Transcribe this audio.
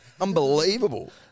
unbelievable